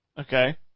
Okay